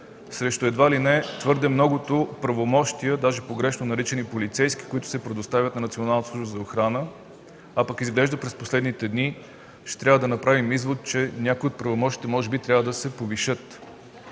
срещу едва ли не твърде многото правомощия, даже погрешно наричани „полицейски”, които се предоставят на Националната служба за охрана. Изглежда през последните дни ще трябва да направим извод, че някои от правомощията може би трябва да се повишат.